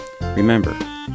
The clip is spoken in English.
Remember